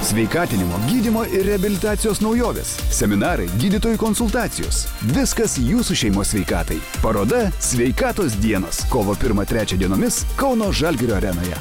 sveikatinimo gydymo ir reabilitacijos naujovės seminarai gydytojų konsultacijos viskas jūsų šeimos sveikatai paroda sveikatos dienos kovo pirmą trečią dienomis kauno žalgirio arenoje